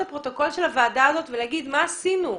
הפרוטוקול של הוועדה הזאת ולשאול מה עשינו,